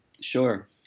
sure